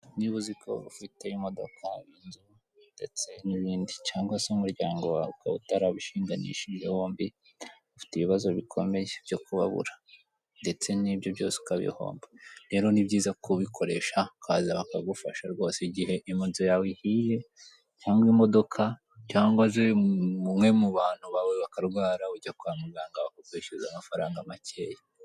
Niba uziko ufite imodoka, inzu ndetse n'ibindi cyangwa se umuryango wawe uka utarawushinganishije wombi, ufite ibibazo bikomeye byo kubabura ndetse n'ibyo byose ukabihomba, rero ni byiza kubikoresha ukaza bakagufasha rwose igihe inzu yawe ihiye cyangwa imodoka cyangwa se umwe mu bantu bawe bakarwara ujya kwa muganga ukwishyuza amafaranga makeya.